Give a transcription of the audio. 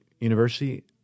university